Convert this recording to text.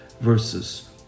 verses